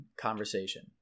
conversation